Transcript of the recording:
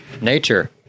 Nature